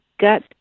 got